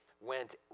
went